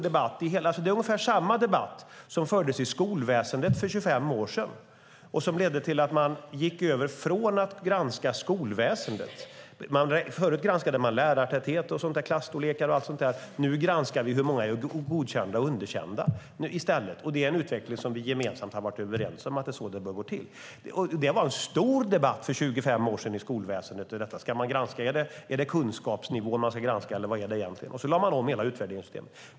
Det är ungefär samma debatt som fördes i skolväsendet för 25 år sedan och som ledde till att man gick över från att granska skolväsendet - förut granskade man lärartäthet, klasstorlekar och liknande - till att nu i stället granska hur många som är godkända respektive underkända. Det är en utveckling som vi gemensamt har varit överens om, att det är så det bör gå till. Det var en stor debatt för 25 år sedan i skolväsendet om vad som skulle granskas, om det var kunskapsnivån eller vad det egentligen var, och sedan lade man om hela utvärderingssystemet.